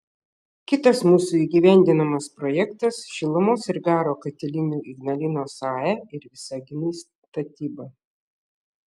kitas mūsų įgyvendinamas projektas šilumos ir garo katilinių ignalinos ae ir visaginui statyba